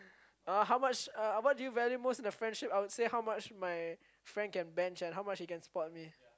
uh how much uh what do you value in a friendship I would say how much my friend can bench and how much he can spot me